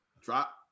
drop